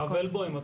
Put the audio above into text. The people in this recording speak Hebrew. הרב אלבוים,